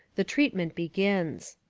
the treatment begins.